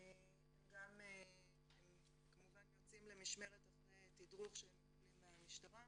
הם גם כמובן יוצאים למשמרת אחרי תדרוך שהם מקבלים מהמשטרה.